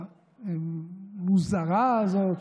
המוזרה הזאת,